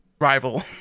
rival